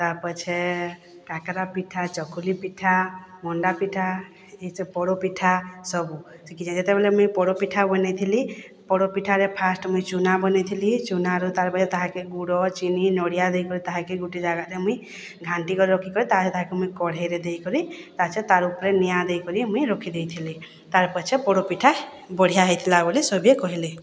ତା ପଛେ କକେରା ପିଠା ଚକୁଲିପିଠା ମଣ୍ଡାପିଠା ଇ ସେ ପୋଡ଼ପିଠା ସବୁ ଶିଖିଚେଁ ଯେତେବେଳେ ମୁଇଁ ପୋଡ଼ପିଠା ବନେଇଥିଲି ପୋଡ଼ପିଠାରେ ଫାଷ୍ଟ୍ ମୁଇଁ ଚୁନା ବନେଇଥିଲି ଚୁନାରୁ ତାହାକେ ଗୁଡ଼ ଚିନି ନଡ଼ିଆ ଦେଇକରି ତାହାକେ ଗୋଟେ ଜାଗାରେ ମୁଇଁ ଘାଣ୍ଟିକରି ତାହାକେ ତାହାକେ ମୁଇଁ କଢ଼େଇରେ ଦେଇକରି ତାପଛେ ତାର୍ ଉପରେ ନିଆଁ ଦେଇକରି ମୁଇଁ ରଖିଦେଇଥିଲି ତାର୍ ପଛେ ପୋଡ଼ପିଠା ବଢ଼ିଆ ହେଇଥିଲା ବୋଲି ସଭେ କହେଲେ